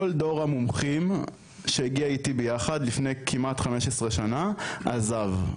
כל דור המומחים שהגיע ביחד איתי לפני כמעט 15 שנה עזב.